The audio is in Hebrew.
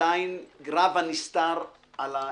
עדיין רב הנסתר על הגלוי.